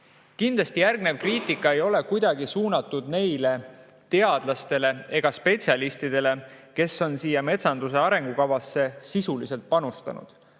Kindlasti järgnev kriitika ei ole kuidagi suunatud neile teadlastele ega spetsialistidele, kes on siia metsanduse arengukavasse sisuliselt panustanud,